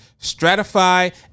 Stratify